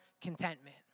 contentment